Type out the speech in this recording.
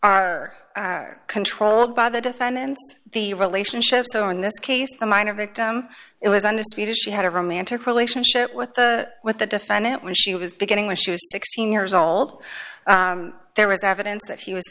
are controlled by the defendant the relationship so in this case a minor victim it was understated she had a romantic relationship with the with the defendant when she was beginning when she was sixteen years old there was evidence that he was